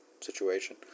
situation